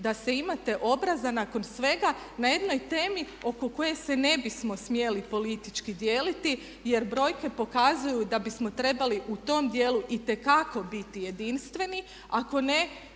da imate obraza nakon svega na jednoj temi oko koje se ne bismo smjeli politički dijeliti jer brojke pokazuju da bismo trebali u tom dijelu itekako biti jedinstveni,